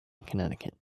connecticut